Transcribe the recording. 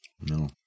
No